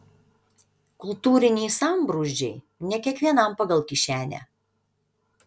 kultūriniai sambrūzdžiai ne kiekvienam pagal kišenę